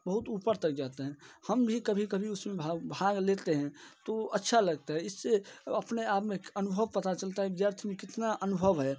बहुत ऊपर तक जाते हैं हम भी कभी कभी उसमें भाग लेते हैं तो अच्छा लगता है इससे अपने आप में एक अनुभव पता चलता है विद्यार्थी में कितना अनुभव है